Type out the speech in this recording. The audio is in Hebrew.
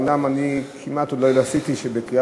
אומנם אני כמעט עוד לא נהגתי כך שבקריאה